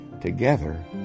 Together